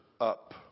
up